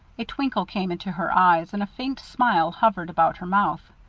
a twinkle came into her eyes, and a faint smile hovered about her mouth.